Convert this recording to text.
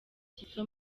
kizito